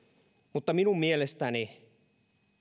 mutta minun mielestäni